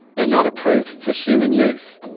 they're not approved for human use.